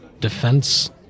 defense